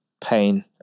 pain